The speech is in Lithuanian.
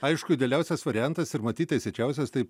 aišku idealiausias variantas ir matyt teisėčiausias tai